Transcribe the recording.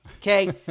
Okay